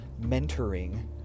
mentoring